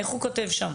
איך הוא כותב שם?